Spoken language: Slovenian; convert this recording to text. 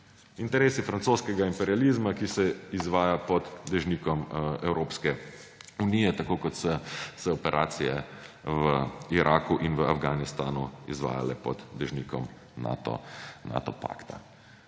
Interesi francoskega imperializma, ki se izvaja pod dežnikom Evropske unije, tako kot so se operacije v Iraku in Afganistanu izvajale pod dežnikom Nato pakta.